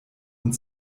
und